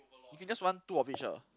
you can just want two of each ah